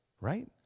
right